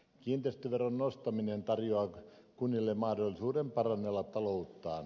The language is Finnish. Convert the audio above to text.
kiinteistöveron nostaminen tarjoaa kunnille mahdollisuuden parannella talouttaan